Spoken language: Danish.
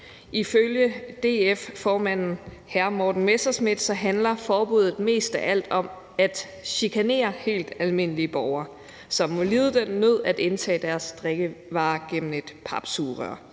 Ifølge DF- formanden, hr. Morten Messerschmidt, handler forbuddet mest af alt om at chikanere helt almindelige borgere, som må lide den nød at indtage deres drikkevarer gennem et papsugerør.